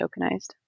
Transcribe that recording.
tokenized